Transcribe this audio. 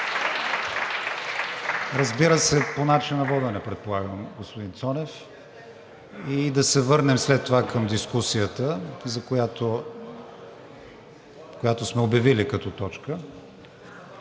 Разбира се. По начина на водене предполагам, господин Цонев? И да се върнем след това към дискусията, която сме обявили като точка.